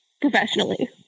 professionally